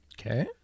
Okay